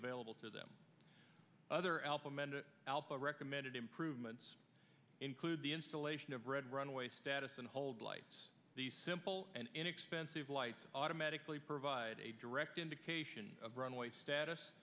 available to them other album and alpha recommended improvements include the installation of red runway status and hold lights the simple and inexpensive lights automatically provide a direct indication of runway status